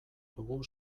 dugu